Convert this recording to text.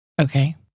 Okay